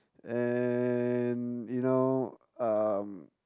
and you know um